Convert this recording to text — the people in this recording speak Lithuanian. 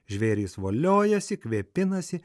žvėrys voliojasi kvėpinasi